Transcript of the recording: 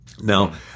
Now